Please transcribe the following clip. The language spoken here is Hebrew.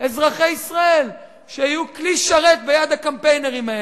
אזרחי ישראל, שיהיו כלי שרת ביד הקמפיינרים האלה.